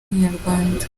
inyarwanda